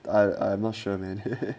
I I am not sure leh